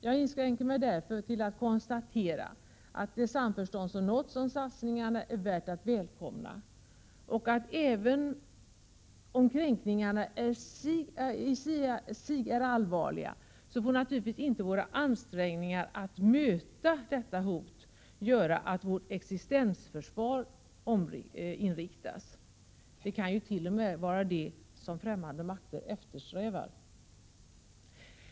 Jag inskränker mig därför till att konstatera att det samförstånd som nåtts om satsningarna är värt att välkomna. Även om kränkningarna i sig är allvarliga, får naturligtvis våra ansträngningar att möta detta hot inte leda till att vårt existensförsvar får en annan inriktning. Det kan ju t.o.m. vara detta som främmande makter eftersträvar.